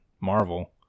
Marvel